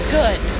good